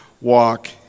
walk